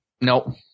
Nope